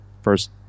first